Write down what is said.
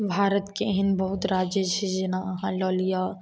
भारतके एहन बहुत राज्य छै जेना आहाँ लऽ लिअ